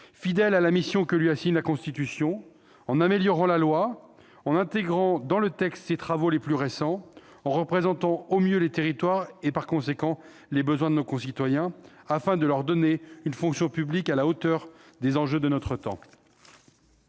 fidèle à la mission que lui assigne la Constitution, en améliorant la loi, en intégrant dans le texte ses travaux les plus récents, en représentant les territoires et les besoins de nos concitoyens, afin de leur donner une fonction publique à la hauteur des enjeux de notre temps.